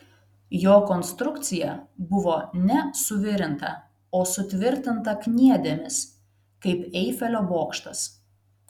jo konstrukcija buvo ne suvirinta o sutvirtinta kniedėmis kaip eifelio bokštas